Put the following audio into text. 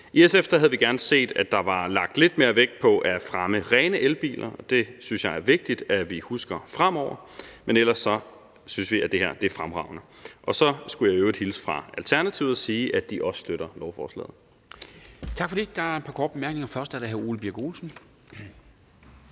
I SF havde vi gerne set, at der var lagt lidt mere vægt på at fremme rene elbiler. Det synes jeg er vigtigt at vi husker fremover, men ellers synes vi, det her er fremragende. Så skulle jeg i øvrigt hilse fra Alternativet og sige, at de også støtter lovforslaget. Kl. 12:01 Formanden (Henrik Dam Kristensen): Tak for det. Der er par korte bemærkninger, først er det hr. Ole Birk Olesen.